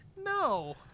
No